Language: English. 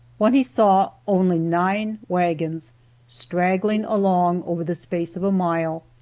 when he saw only nine wagons straggling along over the space of a mile,